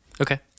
Okay